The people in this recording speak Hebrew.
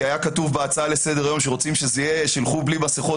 כי היה כתוב בהצעה לסדר-יום שרוצים שילכו בלי מסכות,